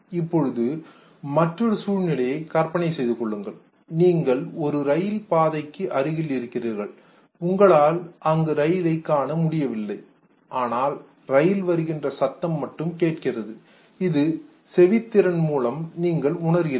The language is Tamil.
இப்பொழுது மற்றொரு சூழ்நிலையை கற்பனை செய்து கொள்ளுங்கள் நீங்கள் ஒரு ரயில் பாதைக்கு அருகில் இருக்கிறீர்கள் உங்களால் அங்கு ரயிலை காண முடியவில்லை ஆனால் ரயில் வருகின்ற சத்தம் மட்டும் கேட்கிறது இது செவித்திறன் மூலம் நீங்கள் உணர்கிறீர்கள்